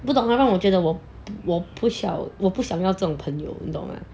不懂得让我觉得我我不晓我不想想要这种朋友你懂得